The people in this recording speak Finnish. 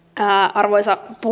arvoisa